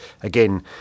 again